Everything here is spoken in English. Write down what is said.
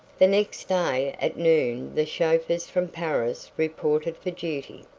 the next day at noon the chauffeurs from paris reported for duty,